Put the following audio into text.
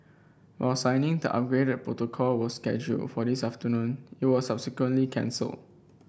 while signing the upgraded protocol was scheduled for this afternoon it was subsequently cancelled